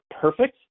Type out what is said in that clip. perfect